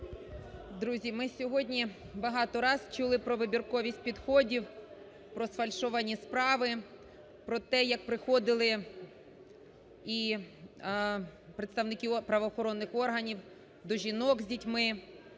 Друзі, ми сьогодні багато раз чули про вибірковість підходів, про сфальшовані справи, про те, як приходили і представники правоохоронних органів до жінок з дітьми,